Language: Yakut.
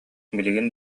билигин